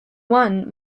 won